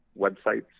websites